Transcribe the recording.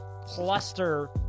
cluster